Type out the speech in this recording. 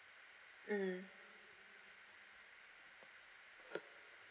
mmhmm